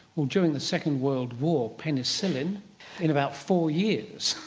well during the second world war penicillin in about four years.